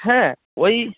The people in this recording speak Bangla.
হ্যাঁ ওই